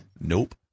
Nope